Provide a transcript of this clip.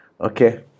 Okay